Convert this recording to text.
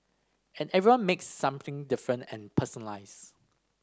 and everyone makes something different and personalised